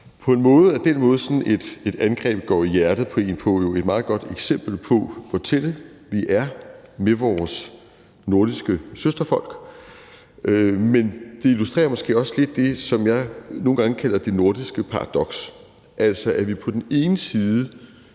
er den måde, sådan et angreb går i hjertet på en på, jo et meget godt eksempel på, hvor tætte vi er med vores nordiske søsterfolk, men det illustrerer måske også lidt det, som jeg nogle gange kalder det nordiske paradoks, altså at vi på den ene side